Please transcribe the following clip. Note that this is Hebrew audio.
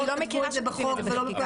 אני לא מכירה שעושים את זה בחקיקה ראשית.